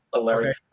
Larry